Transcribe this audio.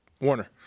Warner